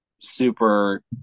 super